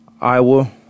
Iowa